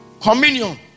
communion